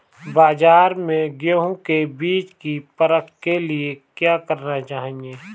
बाज़ार में गेहूँ के बीज की परख के लिए क्या करना चाहिए?